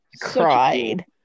cried